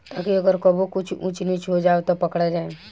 ताकि अगर कबो कुछ ऊच नीच हो जाव त पकड़ा जाए